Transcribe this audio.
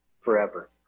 forever